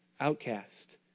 outcast